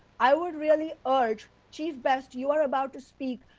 i would really urge chief best, you are about to speak.